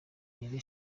nirere